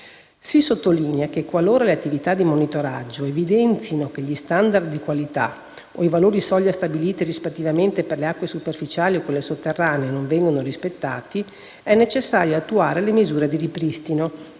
Si sottolinea che, qualora le attività di monitoraggio evidenzino che gli *standard* di qualità o i valori soglia stabiliti rispettivamente per le acque superficiali e sotterranee non vengano rispettati, è necessario attuare le misure di ripristino,